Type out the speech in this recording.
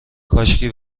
کاشکی